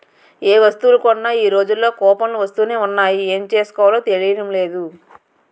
ఏ వస్తువులు కొన్నా ఈ రోజుల్లో కూపన్లు వస్తునే ఉన్నాయి ఏం చేసుకోవాలో తెలియడం లేదు